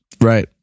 Right